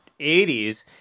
80s